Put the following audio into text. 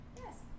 Yes